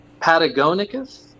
patagonicus